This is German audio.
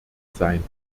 sein